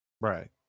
Right